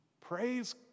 praise